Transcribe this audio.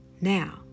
Now